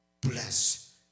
bless